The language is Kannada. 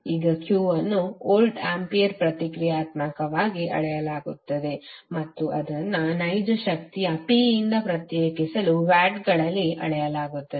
ಈಗ Q ಅನ್ನು ವೋಲ್ಟಂಪಿಯರ್ ಪ್ರತಿಕ್ರಿಯಾತ್ಮಕವಾಗಿ ಅಳೆಯಲಾಗುತ್ತದೆ ಮತ್ತು ಅದನ್ನು ನೈಜ ಶಕ್ತಿಯ P ಯಿಂದ ಪ್ರತ್ಯೇಕಿಸಲು ವ್ಯಾಟ್ಗಳಲ್ಲಿ ಅಳೆಯಲಾಗುತ್ತದೆ